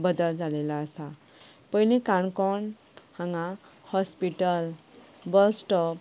बदल जाल्लो आसा पयलीं काणकोण हांगा हॉस्पिटल बस स्टॉप